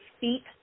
feet